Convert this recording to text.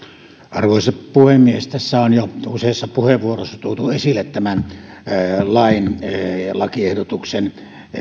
arvoisa puhemies tässä on jo useissa puheenvuoroissa tuotu esille tämän lakiehdotuksen